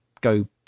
go